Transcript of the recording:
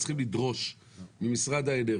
אני חושב שאנחנו צריכים לדרוש ממשרד האנרגיה